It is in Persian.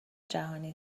جهانی